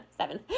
seven